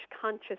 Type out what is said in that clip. conscious